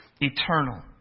eternal